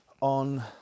on